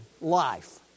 life